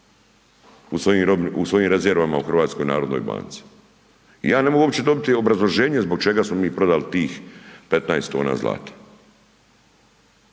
u svojim rezervama u Hrvatskoj narodnoj banci. Ja ne mogu uopće dobiti obrazloženje zbog čega smo mi prodali tih 15 tona zlata.